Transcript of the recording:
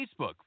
facebook